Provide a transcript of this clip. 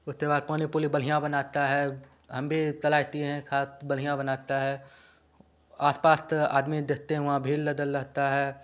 उसके बाद पानी पूरी बढ़िया बनाता है हम भी तलाय तिए हैं खाद बढ़िया बनाता है आस पास आदमी देखते हैं वहाँ भीड़ लगने लगता है